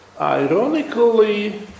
ironically